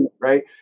right